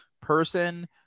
person